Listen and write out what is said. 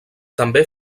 també